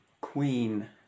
Queen